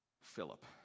Philip